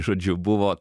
žodžiu buvo